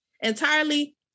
entirely